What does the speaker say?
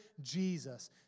Jesus